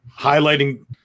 highlighting